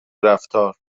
رفتار